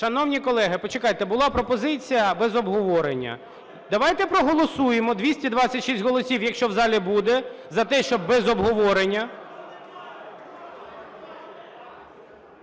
Шановні колеги, почекайте, була пропозиція без обговорення. Давайте проголосуємо, 226 голосів якщо в залі буде за те, щоб без обговорення...